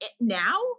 now